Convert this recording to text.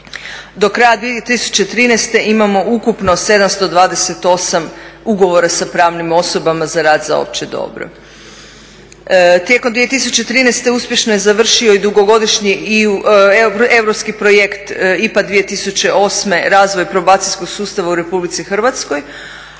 Do kraja 2013. imamo ukupno 728 ugovora sa pravnim osobama za rad za opće dobro. Tijekom 2013. uspješno je završio i dugogodišnji europski projekt IPA 2008. Razvoj probacijskog sustava u Republici Hrvatskoj,